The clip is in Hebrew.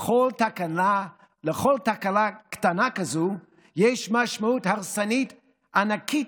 לכל תקלה קטנה כזאת יש משמעות הרסנית ענקית